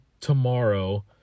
tomorrow